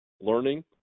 learning